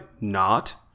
not-